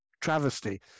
travesty